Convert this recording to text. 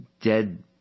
dead